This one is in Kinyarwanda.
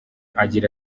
agira